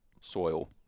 soil